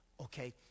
okay